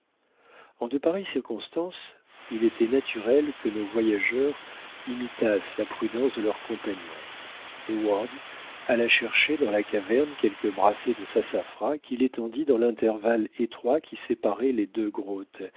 en de pareilles circonstances il était naturel que nos voyageurs imitassent la prudence de leurs compagnons heyward alla chercher dans la caverne quelques brassées de sassafras qu'il étendit dans l'intervalle étroit qui séparait les deux